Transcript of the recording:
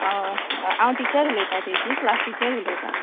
हय हांव टिचर उलयतां तेची क्लास टिचर उलयतां